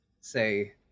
say